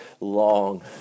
long